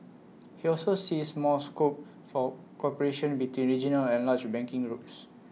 he also sees more scope for cooperation between regional and large banking groups